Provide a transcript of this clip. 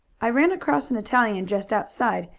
i ran across an italian just outside.